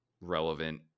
relevant